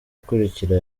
akurikira